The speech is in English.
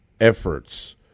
efforts